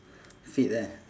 fit eh